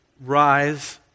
Rise